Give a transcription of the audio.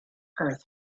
earth